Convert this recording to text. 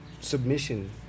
submission